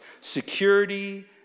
security